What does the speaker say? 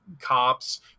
cops